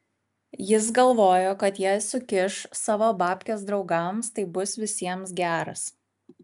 jis galvojo kad jei sukiš savo babkes draugams tai bus visiems geras